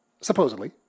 supposedly